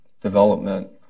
Development